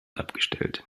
abgestellt